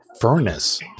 furnace